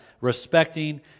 respecting